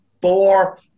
Four